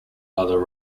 other